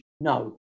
no